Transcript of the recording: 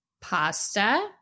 pasta